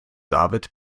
david